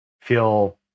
feel